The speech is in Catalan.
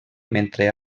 mentre